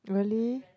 really